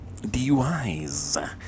DUIs